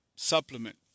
Supplement